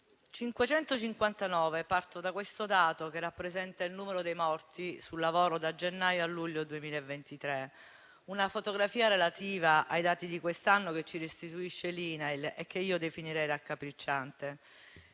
partire da questo dato numerico, che rappresenta il numero dei morti sul lavoro da gennaio a luglio 2023. È una fotografia relativa ai dati di quest'anno, che ci restituisce l'INAIL e che definirei raccapricciante.